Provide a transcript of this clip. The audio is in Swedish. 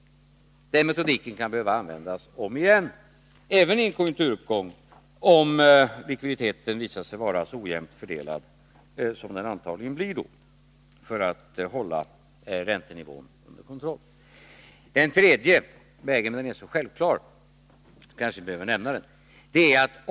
För att hålla räntenivån under kontroll kan vi behöva använda den metodiken om igen, även vid en konjunkturuppgång, om likviditeten visar sig bli så ojämnt fördelad som vi antagligen får räkna med. Det finns en tredje väg att gå, men den är så självklar att jag kanske inte behöver nämna den.